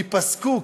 ייפסקו,